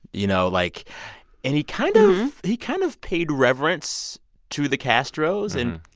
you know, like and he kind of he kind of paid reverence to the castros, and,